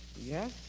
Yes